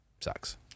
sucks